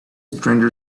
stranger